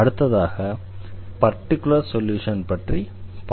அடுத்ததாக particular solution பற்றி பார்க்கலாம்